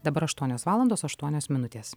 dabar aštuonios valandos aštuonios minutės